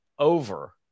over